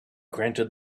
granted